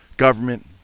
Government